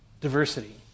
diversity